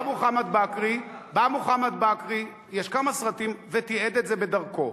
בא מוחמד בכרי, יש כמה סרטים, ותיעד את זה בדרכו.